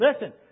listen